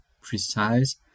precise